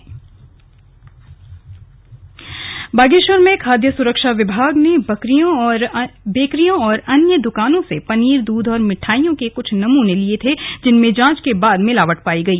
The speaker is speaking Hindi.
जुर्माना बागेश्वर में खाद्य सुरक्षा विभाग ने बेकरियों और अन्य दुकानों से पनीर दूध और मिठाइयों के कुछ नमूने लिए थे जिनमें जांच के बाद मिलावट पाई गई